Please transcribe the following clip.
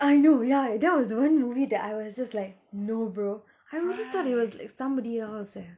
I know ya eh that was the one movie that I was just like no bro I also thought it was like somebody else eh